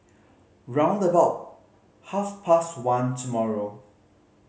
round about half past one tomorrow